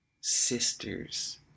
sisters